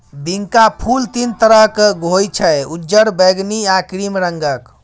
बिंका फुल तीन तरहक होइ छै उज्जर, बैगनी आ क्रीम रंगक